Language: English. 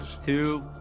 two